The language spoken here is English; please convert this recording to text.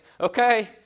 okay